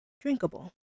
drinkable